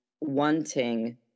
wanting